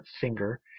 finger